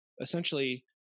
essentially